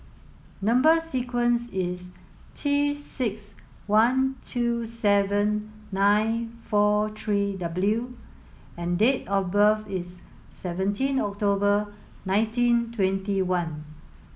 number sequence is T six one two seven nine four three W and date of birth is seventeen October nineteen twenty one